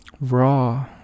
raw